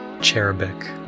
Cherubic